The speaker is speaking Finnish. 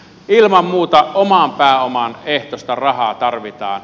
ilman muuta oman pääoman ehtoista rahaa tarvitaan